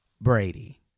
Brady